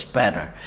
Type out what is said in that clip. better